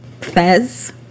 Fez